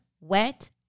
Wet